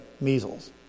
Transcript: measles